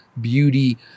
beauty